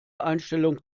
einstellung